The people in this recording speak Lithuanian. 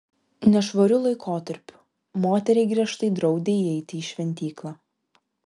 nešvariu laikotarpiu moteriai griežtai draudė įeiti į šventyklą